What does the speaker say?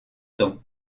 temps